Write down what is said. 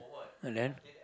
and then